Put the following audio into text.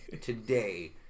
today